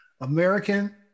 American